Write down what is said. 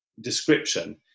description